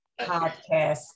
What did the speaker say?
podcast